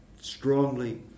strongly